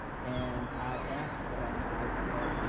and i asked them, i said,